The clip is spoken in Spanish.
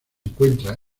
encuentra